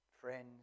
friends